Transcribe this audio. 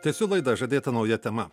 tęsiu laidą žadėta nauja tema